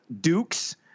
Duke's